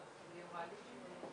שיחזור התיאום אנחנו נוכל אולי לייצר